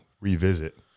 revisit